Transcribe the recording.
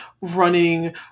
running